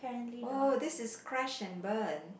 oh this is crash and burn